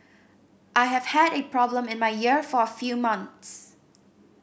I have had a problem in my ear for a few months